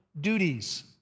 duties